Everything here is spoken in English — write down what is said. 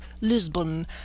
lisbon